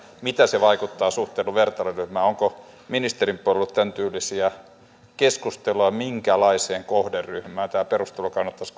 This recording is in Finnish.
mitä se vaikuttaa suhteutettuna vertailuryhmään onko ministeriön puolella ollut tämäntyylisiä keskusteluja minkälaiseen kohderyhmään tämä perustulo kannattaisi